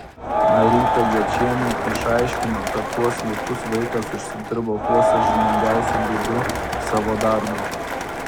marytė gečienė išaiškino kad tuos litus vaikas užsidirbo kuo sąžiningiausiu būdu savo darbu